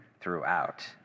throughout